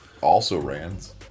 also-rans